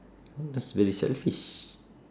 that's very selfish